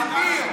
אביר,